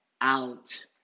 out